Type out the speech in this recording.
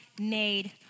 made